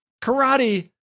karate